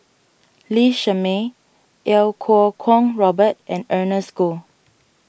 Lee Shermay Iau Kuo Kwong Robert and Ernest Goh